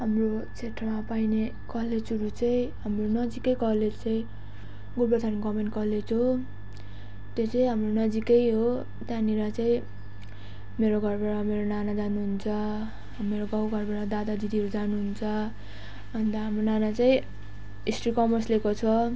हाम्रो क्षेत्रमा पाइने कलेजहरू चाहिँ हाम्रो नजिकै कलेज चाहिँ गोरुबथान गभर्मेन्ट कलेज हो त्यो चाहिँ हाम्रो नजिकै हो त्यहाँनिर चाहिँ मेरो घरबाट मेरो नाना जानुहुन्छ मेरो गाउँघरबाट मेरो दादादिदीहरू जानुहुन्छ अन्त हाम्रो नाना चाहिँ हिस्ट्री कमर्स लिएको छ